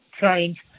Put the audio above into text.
change